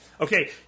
okay